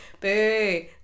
boo